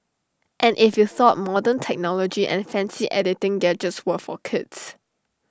and if you thought modern technology and fancy editing gadgets were for kids